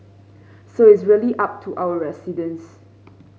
so it's really up to our residents